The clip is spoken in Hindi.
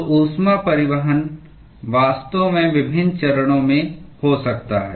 तो ऊष्मा परिवहन वास्तव में विभिन्न चरणों में हो सकता है